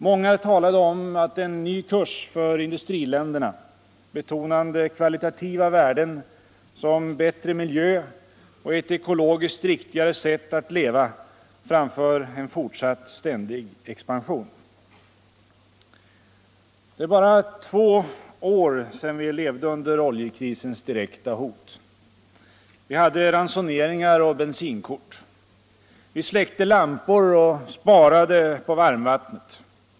Många talade om en ny kurs för industriländerna — betonade kvalitativa värden som bättre miljö och ett ekologiskt riktigare sätt att leva framför en fortsatt ständig expansion. Det är bara två år sedan vi levde under oljekrisens direkta hot. Vi hade ransoneringar och bensinkort. Vi släckte lampor och sparade på varmvattnet.